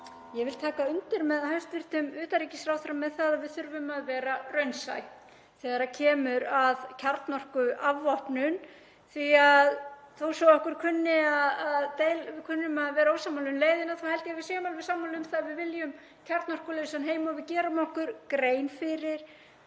Ég vil taka undir með hæstv. utanríkisráðherra með það að við þurfum að vera raunsæ þegar kemur að kjarnorkuafvopnun, því að þó svo að við kunnum að vera ósammála um leiðina þá held ég að við séum alveg sammála um að við viljum kjarnavopnalausan heim og við gerum okkur grein fyrir